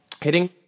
Hitting